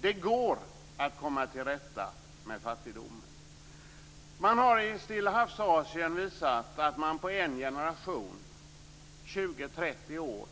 Det går att komma till rätta med fattigdomen. Man har i Stillahavsasien visat att man på en generation, 20-30 år,